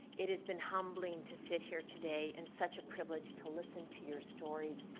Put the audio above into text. it has been humbling to sit here today and such a privilege to listen to your stories.